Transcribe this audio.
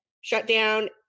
shutdown